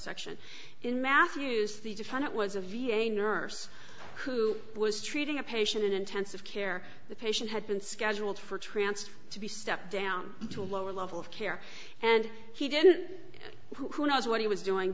subsection in mathews the defendant was a v a nurse who was treating a patient in intensive care the patient had been scheduled for transfer to be stepped down to a lower level of care and he didn't who knows what he was doing